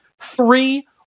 Three